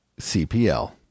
CPL